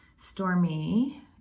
stormy